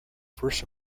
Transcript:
first